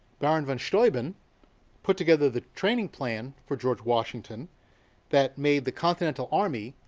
baron von steuben put together the training plan for george washington that made the continental army,